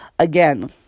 Again